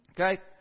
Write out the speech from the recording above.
Okay